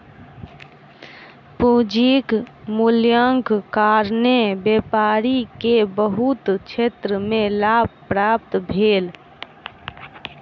पूंजीक मूल्यक कारणेँ व्यापारी के बहुत क्षेत्र में लाभ प्राप्त भेल